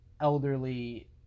elderly